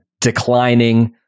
declining